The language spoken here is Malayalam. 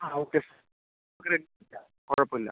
ആ ഓക്കെ കുഴപ്പം ഇല്ല